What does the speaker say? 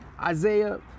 Isaiah